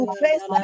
face